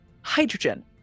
hydrogen